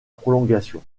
prolongation